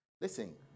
Listen